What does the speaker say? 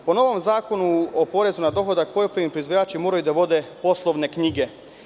Po novom Zakonu o porezu na dohodak, poljoprivredni proizvođači moraju da vode poslovne knjige.